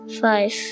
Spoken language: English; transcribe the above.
Five